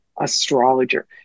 astrologer